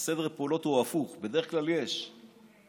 סדר הפעולות הוא הפוך: בדרך כלל יש חשבון,